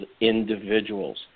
individuals